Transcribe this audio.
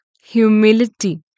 humility